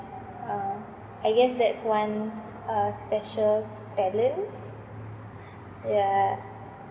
uh I guess that's one uh special talents yeah